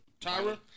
Tyra